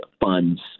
funds